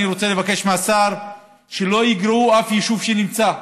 אני רוצה לבקש מהשר שלא יגרעו אף יישוב שנמצא,